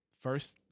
First